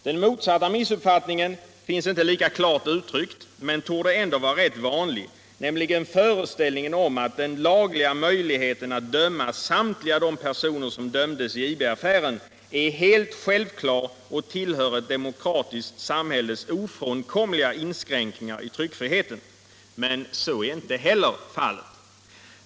Den motsatta missuppfattningen finns inte lika klart uttryckt men torde ändå vara rätt vanlig, nämligen föreställningen om att den lagliga möjligheten att döma samtliga de personer som dömdes i IB-affären är helt självklar och tillhör ett demokratiskt samhälles ofrånkomliga inskränkningar i tryckfriheten. Men så är inte heller fallet.